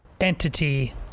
entity